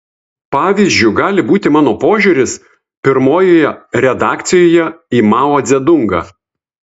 pavyzdžiu gali būti mano požiūris pirmojoje redakcijoje į mao dzedungą